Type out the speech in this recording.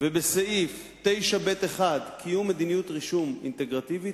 ובסעיף 9(ב)(1) קיום מדיניות רישום אינטגרטיבית,